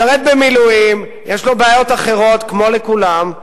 משרת במילואים, יש לו בעיות אחרות כמו לכולם,